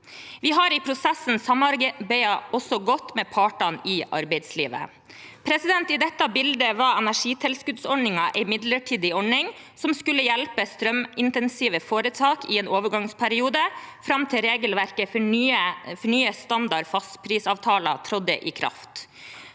har vi også samarbeidet godt med partene i arbeidslivet. I dette bildet var energitilskuddsordningen en midlertidig ordning som skulle hjelpe strømintensive foretak i en overgangsperiode fram til regelverket for nye standard fastprisavtaler trådte i kraft.